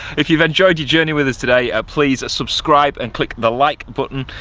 if you've enjoyed your journey with us today, ah please subscribe and click the like button.